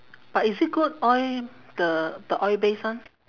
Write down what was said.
but is it good oil the oil based one